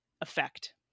effect